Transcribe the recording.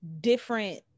different